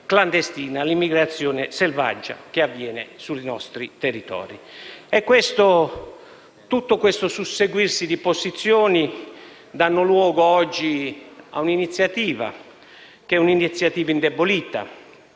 clandestina e selvaggia che avviene sui nostri territori. Tutto questo susseguirsi di posizioni danno luogo oggi a un'iniziativa che è indebolita